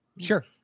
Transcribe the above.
Sure